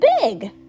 Big